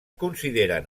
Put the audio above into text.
consideren